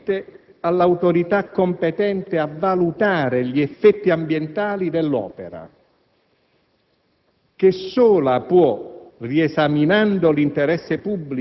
è rimessa esclusivamente all'autorità competente a valutare gli effetti ambientali dell'opera che sola può,